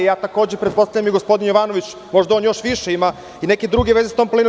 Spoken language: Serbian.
Takođe, pretpostavljam, i gospodin Jovanović, možda on još više ima i neke druge veze sa tom planinom.